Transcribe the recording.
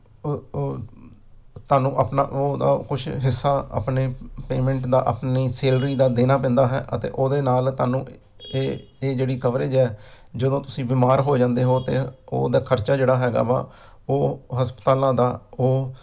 ਉਹ ਉਹ ਤੁਹਾਨੂੰ ਆਪਣਾ ਉਹ ਉਹਦਾ ਕੁਛ ਹਿੱਸਾ ਆਪਣੇ ਪੇਮੈਂਟ ਦਾ ਆਪਣੀ ਸੈਲਰੀ ਦਾ ਦੇਣਾ ਪੈਂਦਾ ਹੈ ਅਤੇ ਉਹਦੇ ਨਾਲ ਤੁਹਾਨੂੰ ਇਹ ਇਹ ਜਿਹੜੀ ਕਵਰੇਜ ਹੈ ਜਦੋਂ ਤੁਸੀਂ ਬਿਮਾਰ ਹੋ ਜਾਂਦੇ ਹੋ ਤਾਂ ਉਹਦਾ ਖਰਚਾ ਜਿਹੜਾ ਹੈਗਾ ਵਾ ਉਹ ਹਸਪਤਾਲਾਂ ਦਾ ਉਹ